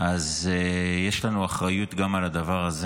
יש לנו אחריות גם על הדבר הזה.